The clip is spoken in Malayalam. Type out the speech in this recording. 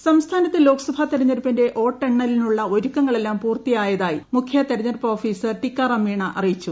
വോട്ടെണ്ണൽ സംസ്ഥാനത്ത് ലോക്സഭ തിരഞ്ഞെടുപ്പിന്റെ വോട്ടെണ്ണലിനുള്ള ഒരുക്കങ്ങളെല്ലാം പൂർത്തിയായതായി മുഖ്യ തിരഞ്ഞെടുപ്പ് ഓഫീസർ ടിക്കാറാം മീണ അറിയിച്ചു